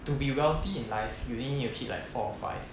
to be wealthy in life you only need to hit like four or five